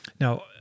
now